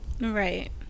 Right